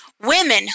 women